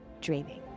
dreaming. ¶¶